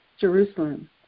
Jerusalem